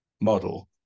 model